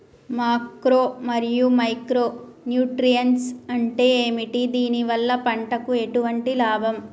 Macro మరియు micro nutrients అంటే ఏమిటి? దీనివల్ల పంటకు ఎటువంటి లాభం?